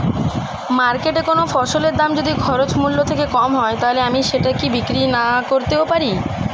মার্কেটৈ কোন ফসলের দাম যদি খরচ মূল্য থেকে কম হয় তাহলে আমি সেটা কি বিক্রি নাকরতেও পারি?